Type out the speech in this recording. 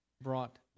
brought